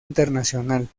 internacional